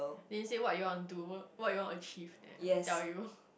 then say what you want do what you want to achieve and tell you